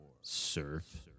surf